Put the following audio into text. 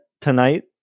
tonight